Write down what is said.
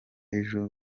ejo